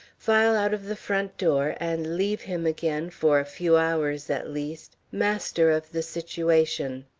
file out of the front door and leave him again, for a few hours at least, master of the situation.